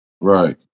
right